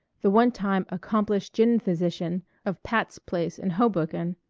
the one-time accomplished gin-physician of pat's place in hoboken,